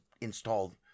installed